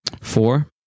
Four